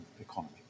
economy